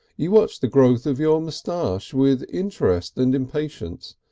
you watched the growth of your moustache with interest and impatience,